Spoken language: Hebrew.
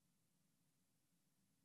בבקשה להצביע.